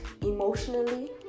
emotionally